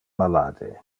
malade